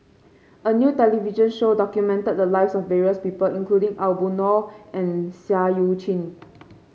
a new television show documented the lives of various people including Aw Boon Naw and Seah Eu Chin